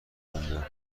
مونده